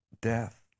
death